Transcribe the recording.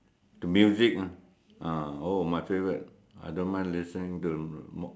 to music ah oh my favorite I don't mind listening to more